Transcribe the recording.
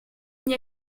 n’y